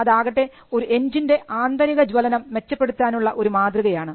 അതാകട്ടെ ഒരു എൻജിൻറെ ആന്തരിക ജ്വലനം മെച്ചപ്പെടുത്താനുള്ള ഒരു മാതൃകയാണ്